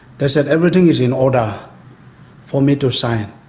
they said everything is in order for me to sign.